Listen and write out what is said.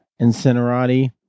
incinerati